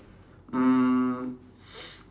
mm